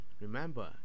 Remember